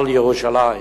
על ירושלים: